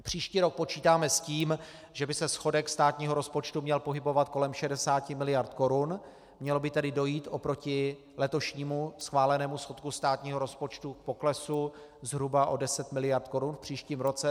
Příští rok počítáme s tím, že by se schodek státního rozpočtu měl pohybovat kolem 60 miliard korun, mělo by tedy dojít oproti letošnímu schválenému schodku státního rozpočtu k poklesu zhruba o deset miliard korun v příštím roce.